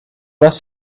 less